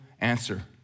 answer